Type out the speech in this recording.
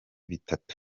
bitatu